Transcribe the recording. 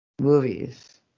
movies